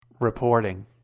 reporting